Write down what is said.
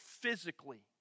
physically